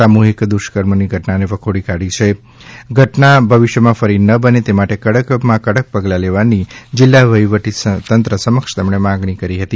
સામૂહિક દુષ્કર્મની ઘટનાને વખોડી કાઢી છે ઘટના ભિવિષ્યમાં ફરીથી ન બને તે માટે કડકમાં કડક પગલા લેવાની જિલ્લા વહિવટીતંત્રને સમક્ષ માંગણી કરી છે